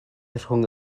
rhwng